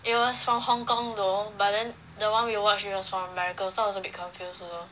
it was from hong-kong though but then the one we watch it was from america so I was a bit confused also